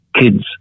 kids